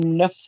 no